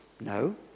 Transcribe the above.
No